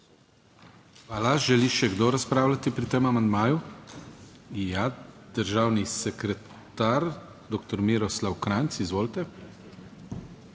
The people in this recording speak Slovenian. Hvala. Želi še kdo razpravljati pri tem amandmaju? (Da.) Ja, državni sekretar doktor Miroslav Kranjc, izvolite.